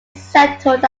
settled